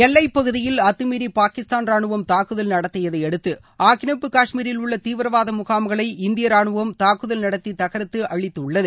எல்லைப் பகுதியில் அத்தமீறி பாகிஸ்தான் ரானுவம் தாக்குதல் நடத்தியதையடுத்து ஆக்கிரமிப்பு கஷ்மீரில் உள்ள தீவிரவாத முகாம்களை இந்திய ராணுவம் தாக்குதல் நடத்தி தகாத்து அழித்துள்ளது